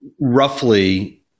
Roughly